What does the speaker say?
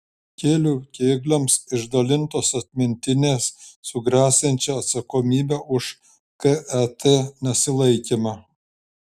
kelių kėgliams išdalintos atmintinės su gresiančia atsakomybe už ket nesilaikymą